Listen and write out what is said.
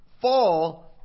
fall